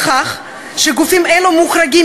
בכך שגופים אלה מוחרגים,